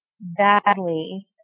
badly